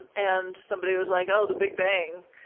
and somebody was like, oh the big bang,